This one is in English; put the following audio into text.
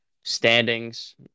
standings